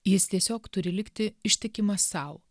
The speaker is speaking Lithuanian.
jis tiesiog turi likti ištikimas sau